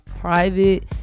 private